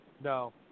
No